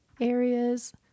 areas